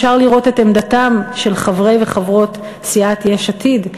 אפשר לראות את עמדתם של חברי וחברות סיעת יש עתיד,